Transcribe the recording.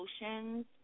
emotions